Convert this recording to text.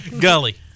Gully